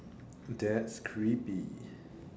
that's creepy